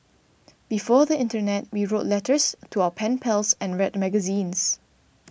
before the internet we wrote letters to our pen pals and read magazines